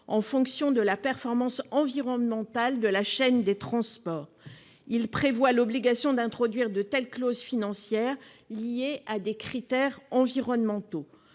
en fonction de la performance environnementale de la chaîne de transport. Il tend à prévoir l'obligation d'introduire de telles clauses financières liées à des critères environnementaux.